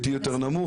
ל-T יותר נמוך.